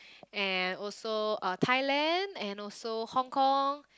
and also uh Thailand and also Hong-Kong